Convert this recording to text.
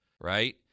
right